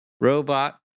robot